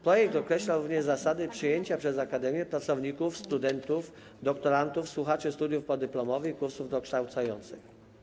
Projekt określa również zasady przejęcia przez akademię pracowników, studentów, doktorantów, słuchaczy studiów podyplomowych i kursów dokształcających.